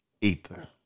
Ether